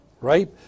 right